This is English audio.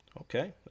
Okay